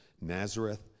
Nazareth